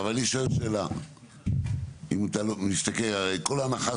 אני שואל שאלה, כל ההנחה